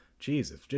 Jesus